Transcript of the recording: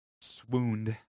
swooned